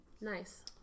Nice